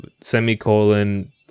Semicolon